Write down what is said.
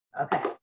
Okay